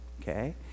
Okay